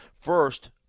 first